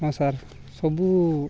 ହଁ ସାର୍ ସବୁ